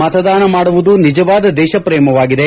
ಮತದಾನ ಮಾಡುವುದು ನಿಜವಾದ ದೇಶಪ್ರೇಮವಾಗಿದೆ